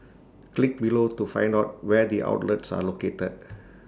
click below to find out where the outlets are located